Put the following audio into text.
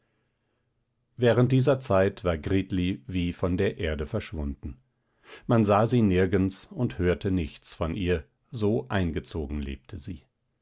während dieser zeit war gritli wie von der erde verschwunden man sah sie nirgends und hörte nichts von ihr so eingezogen lebte sie